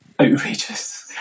outrageous